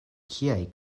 kiaj